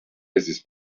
his